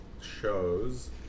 shows